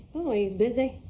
oh, he's busy.